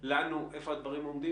במגדל העמק,